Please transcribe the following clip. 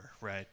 right